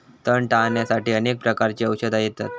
तण टाळ्याण्यासाठी अनेक प्रकारची औषधा येतत